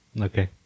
Okay